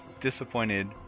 disappointed